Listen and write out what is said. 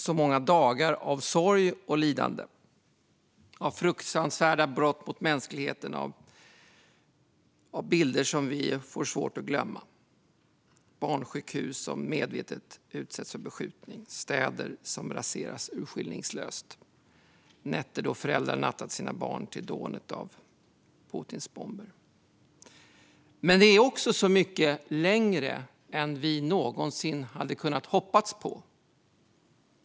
Det är många dagar av sorg och lidande, av fruktansvärda brott mot mänskligheten, av bilder som vi får svårt att glömma av barnsjukhus som medvetet utsätts för beskjutning och av städer som raseras urskillningslöst. Och det är så många nätter då föräldrar nattat sina barn till dånet av Putins bomber. Men det är också så mycket längre tid än vi någonsin hade kunnat hoppas på.